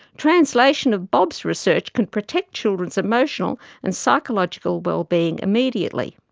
translation of bob's research can protect children's emotional and psychological wellbeing immediately.